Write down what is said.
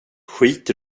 skiter